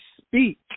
speak